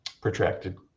protracted